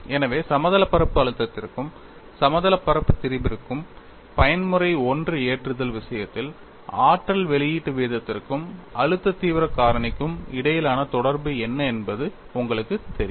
எனவே சமதளப் பரப்பு அழுத்தத்திற்கும் சமதளப் பரப்பு திரிபுக்கும் பயன்முறை I ஏற்றுதல் விஷயத்தில் ஆற்றல் வெளியீட்டு வீதத்திற்கும் அழுத்த தீவிரம் காரணிக்கும் இடையிலான தொடர்பு என்ன என்பது உங்களுக்குத் தெரியும்